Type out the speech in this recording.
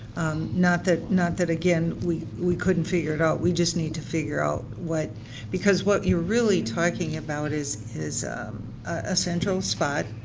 not that not that again we we couldn't figure it out, we just need to figure out what because what you're really talking about is is a central spot.